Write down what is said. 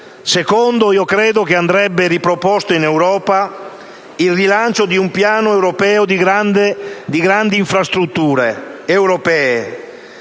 secondo luogo, credo andrebbe riproposto in Europa il rilancio di un piano di grandi infrastrutture europee